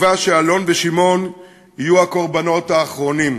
בתקווה שאלון ושמעון יהיו הקורבנות האחרונים.